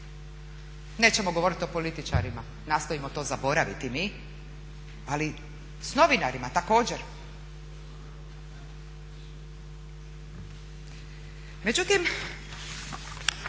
Nećemo govoriti o političarima, nastojimo to zaboraviti mi ali s novinarima također. Međutim